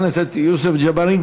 חבר הכנסת יוסף ג'בארין,